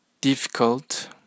difficult